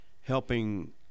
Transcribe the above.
helping